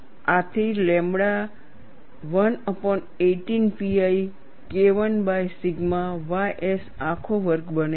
આથી lambda 118 pi KI by sigma ys આખો વર્ગ બને છે